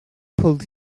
pulled